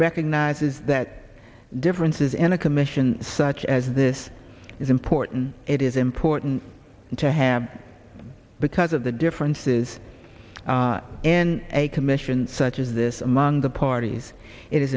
recognizes that differences in a commission such as this is important it is important to have because of the differences and a commission such as this among the parties it is